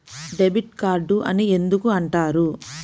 Debit card అని ఎందుకు అంటారు?